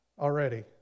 already